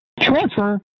Transfer